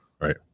right